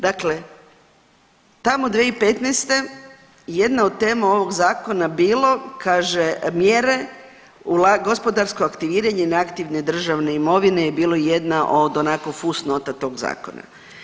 Dakle, tamo 2015. jedna od tema ovog zakona bilo, kaže mjere gospodarsko aktiviranje neaktivne državne imovine je bilo jedna od onako fusnota tog zakona.